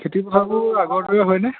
খেতিপথাৰবোৰ আগৰ দৰে হয়নে